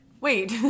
Wait